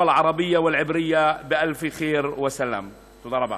הערבית והעברית באלף טוב ושלום.) תודה רבה.